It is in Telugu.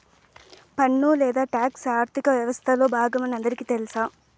పన్ను లేదా టాక్స్ ఆర్థిక వ్యవస్తలో బాగమని అందరికీ తెల్స